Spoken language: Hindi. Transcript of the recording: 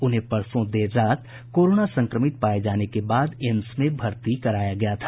उन्हें परसों देर रात कोरोना संक्रमित पाये जाने के बाद एम्स में भर्ती कराया गया था